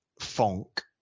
funk